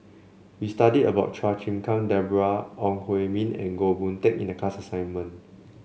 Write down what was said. we studied about Chua Chim Kang Deborah Ong Hui Min and Goh Boon Teck in the class assignment